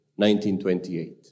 1928